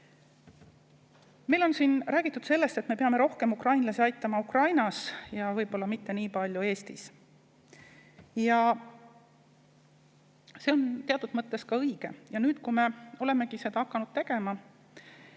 Meil on siin räägitud sellest, et me peame aitama ukrainlasi rohkem Ukrainas ja võib-olla mitte nii palju Eestis. See on teatud mõttes ka õige. Nüüd, kui me olemegi seda hakanud tegema